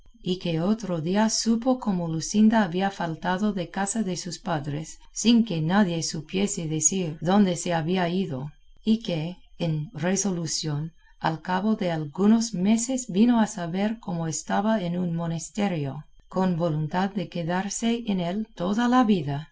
y que otro día supo como luscinda había faltado de casa de sus padres sin que nadie supiese decir dónde se había ido y que en resolución al cabo de algunos meses vino a saber como estaba en un monesterio con voluntad de quedarse en él toda la vida